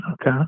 Okay